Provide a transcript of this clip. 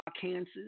Kansas